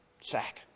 sack